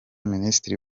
minisitiri